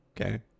okay